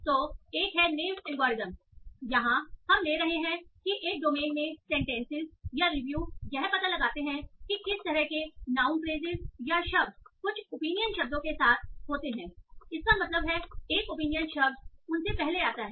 तो एक है नेव एल्गोरिथ्म यहां हम ले रहे हैं कि एक डोमेन में सेंटेंसेस या रिव्यू यह पता लगाते हैं कि किस तरह के नाउन फ्रेसिस या शब्द कुछ ओपिनियन शब्दों के साथ होते हैं इसका मतलब है एक ओपिनियन शब्द उनसे पहले आता है